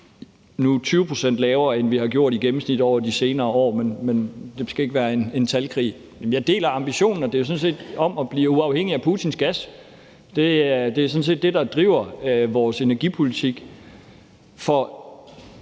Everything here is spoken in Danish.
20 pct. lavere, end vi har gjort i gennemsnit over de senere år. Men det skal ikke være en talkrig. Jeg deler ambitionen om sådan set at blive uafhængig af Putins gas. Det er sådan set det, der driver vores energipolitik.